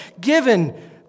given